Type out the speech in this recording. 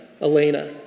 Elena